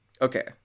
Okay